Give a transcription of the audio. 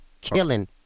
killing